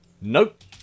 Nope